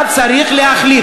ואחריו, חבר הכנסת דב חנין.